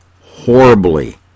horribly